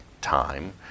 time